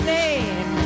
name